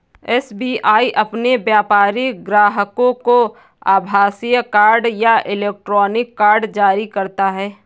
SBI अपने व्यापारिक ग्राहकों को आभासीय कार्ड या इलेक्ट्रॉनिक कार्ड जारी करता है